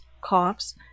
coughs